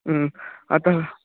अतः